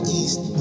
east